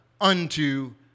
unto